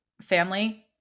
family